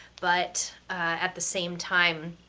but at the same time,